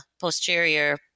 posterior